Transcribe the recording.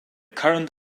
current